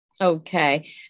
Okay